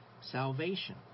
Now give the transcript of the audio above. salvation